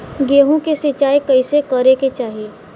गेहूँ के सिंचाई कइसे करे के चाही?